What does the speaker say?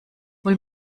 hol